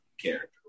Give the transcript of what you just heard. character